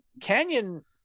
Canyon